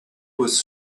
was